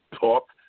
talk